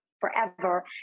forever